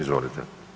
Izvolite.